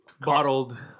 Bottled